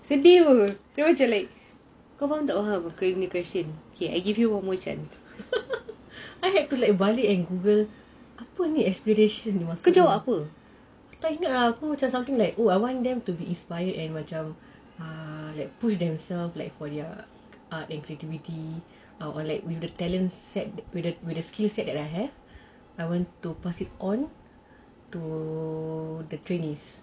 sedih oh dia macam like kau faham tak faham the question I give you one more chance I had to like balik and google apa ni aspiration aku tak ingat aku macam something like oh I want them to be inspired and ah like push themselves like for their art and creativity and with their talent set or with the skill set that I have I want to pass it on to the trainees